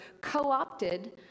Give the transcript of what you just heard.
co-opted